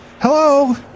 Hello